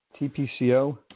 TPCO